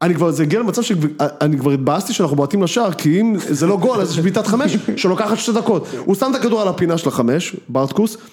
אני כבר, זה הגיע למצב שאני כבר התבאסתי שאנחנו בועטים לשער כי אם זה לא גול איזה יש בעיטת חמש שלוקחת שתי דקות, הוא שם את הכדור על הפינה של החמש בארטקוס